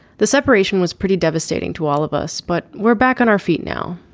the separation was pretty devastating to all of us but we're back on our feet now.